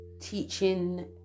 teaching